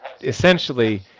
essentially